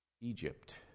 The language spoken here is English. Egypt